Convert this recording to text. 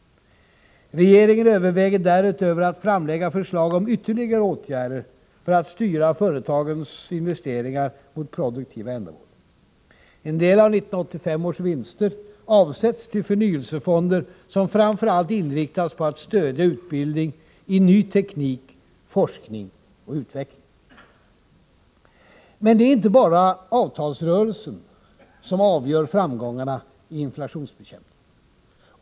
Regeringen överväger därutöver att framlägga förslag om ytterligare åtgärder för att styra företagens investeringar mot produktiva ändamål. En del av 1985 års vinster avsätts till förnyelsefonder, som framför allt inriktas på 37 att stödja utbildning i ny teknik, forskning och utveckling. Men det är inte bara avtalsrörelsen som avgör framgångarna i inflationsbekämpningen.